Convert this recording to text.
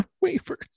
wafers